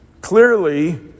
clearly